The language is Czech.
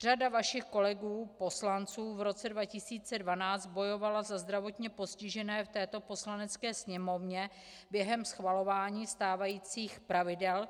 Řada vašich kolegů poslanců v roce 2012 bojovala za zdravotně postižené v této Poslanecké sněmovně během schvalování stávajících pravidel.